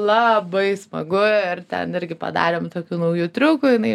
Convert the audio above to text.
labai smagu ir ten irgi padarėm tokių naujų triukų jinai